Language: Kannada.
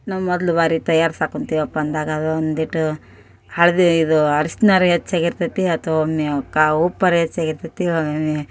ನಾವು ಮೊದಲು ಬಾರಿ ತಯಾರ್ಸೋಕ್ ಕುಂತೀವಪ್ಪ ಅಂದಾಗ ಅದು ಒಂದೀಟು ಹಳದೀ ಇದು ಅರಿಶ್ಣಾರು ಹೆಚ್ಚಾಗಿರ್ತದೆ ಅಥ್ವಾ ಒಮ್ಮೆಯು ಕಾ ಊಪ್ಪಾದ್ರು ಹೆಚ್ಚಾಗಿರ್ತದೆ ಒಮ್ಮೊಮ್ಮೆ